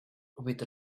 with